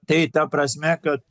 tai ta prasme kad